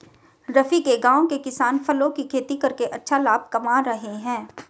रफी के गांव के किसान फलों की खेती करके अच्छा लाभ कमा रहे हैं